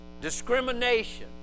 Discrimination